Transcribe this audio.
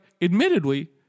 admittedly